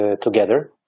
together